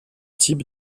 types